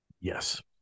Yes